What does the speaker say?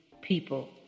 people